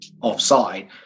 offside